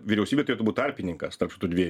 vyriausybė turėtų būt tarpininkas tarp šitų dviejų